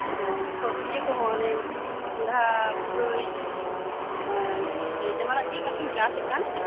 ᱤᱭᱟᱹᱠᱚᱦᱚᱸ ᱠᱚᱸᱰᱦᱟ ᱯᱩᱨᱟᱹᱭ ᱡᱟᱦᱟᱱᱟᱜ ᱜᱤ ᱟᱨᱠᱤᱢ ᱪᱟᱥᱮᱫ ᱠᱟᱱ